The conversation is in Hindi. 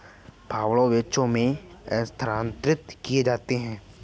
फंड बैचों में स्थानांतरित किए जाते हैं